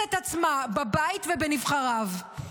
בכנסת עצמה, בבית ובנבחריו.